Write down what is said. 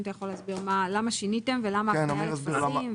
אם אתה יכול להסביר למה שיניתם ולמה יש הפניה לטפסים.